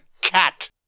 cat